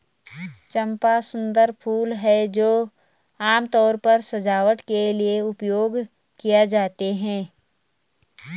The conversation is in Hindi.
चंपा सुंदर फूल हैं जो आमतौर पर सजावट के लिए उपयोग किए जाते हैं